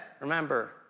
remember